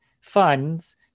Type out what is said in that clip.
funds